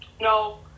no